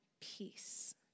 peace